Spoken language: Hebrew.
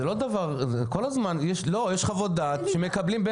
יש חוות דעת שמקבלים,